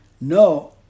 No